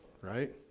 right